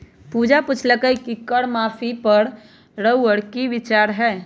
पूजा पुछलई कि कर माफी पर रउअर कि विचार हए